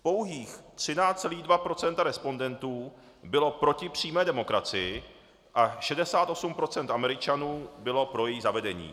Pouhých 13,2 % respondentů bylo proti přímé demokracii a 68 % Američanů bylo pro její zavedení.